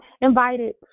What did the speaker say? invited